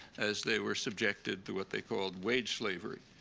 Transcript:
as they were subjected to what they called wage slavery,